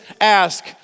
ask